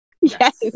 yes